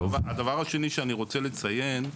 שנית,